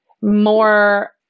more